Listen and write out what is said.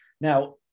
Now